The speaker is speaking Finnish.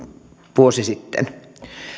vuosi sitten